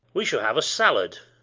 we shall have a sallad!